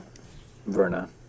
Verna